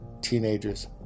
teenagers